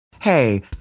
Hey